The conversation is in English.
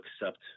accept